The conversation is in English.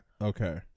Okay